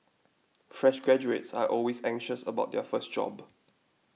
fresh graduates are always anxious about their first job